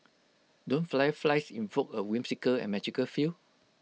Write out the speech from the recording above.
don't fireflies invoke A whimsical and magical feel